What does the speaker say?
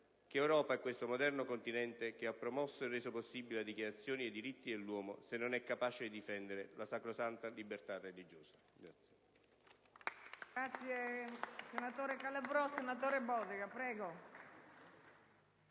che Europa è questo moderno continente che ha promosso e reso possibile la Dichiarazione dei diritti dell'uomo se non è capace di difendere la sacrosanta libertà religiosa.